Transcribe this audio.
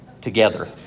together